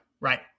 right